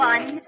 One